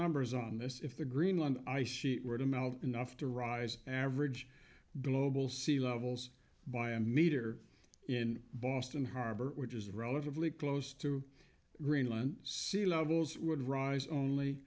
numbers on this if the greenland ice sheet were to melt enough to rise average global sea levels by a meter in boston harbor which is relatively close to greenland sea levels would rise only